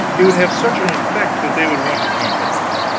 it would have such an effect that they would want to compromise.